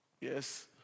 Yes